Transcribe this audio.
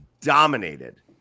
dominated